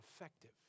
effective